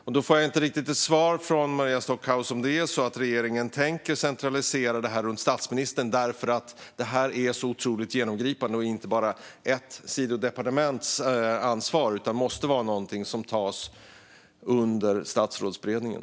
Jag får inget riktigt svar av Maria Stockhaus på om det är så att regeringen tänker centralisera det här runt statsministern därför att det är så otroligt genomgripande. Det är inte bara ett sidodepartements ansvar, utan det måste vara någonting som tas under Statsrådsberedningen.